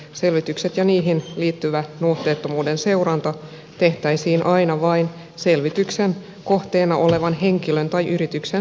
selvitykset ja niihin liittyvä nuhteettomuuden seuranta tehtäisiin aina vain selvityksen kohteena olevan henkilön tai yrityksen suostumuksella